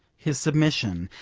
his submission,